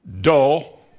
dull